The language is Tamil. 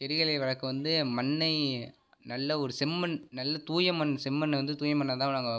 செடிகளை வளர்க்க வந்து மண்ணை நல்ல ஒரு செம்மண் நல்ல தூயமண் செம்மண்ணை வந்து தூய மண்ணாக தான் நாங்கள்